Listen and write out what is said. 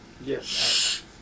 yes